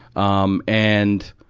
um, and